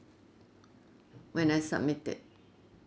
when I submit it